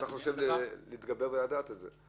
איך אתה חושב להתגבר ולדעת את זה?